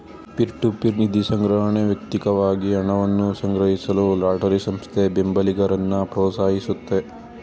peer to peer ನಿಧಿಸಂಗ್ರಹಣೆ ವ್ಯಕ್ತಿಕವಾಗಿ ಹಣವನ್ನ ಸಂಗ್ರಹಿಸಲು ಚಾರಿಟಿ ಸಂಸ್ಥೆ ಬೆಂಬಲಿಗರನ್ನ ಪ್ರೋತ್ಸಾಹಿಸುತ್ತೆ